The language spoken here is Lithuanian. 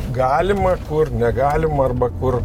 galima kur negalima arba kur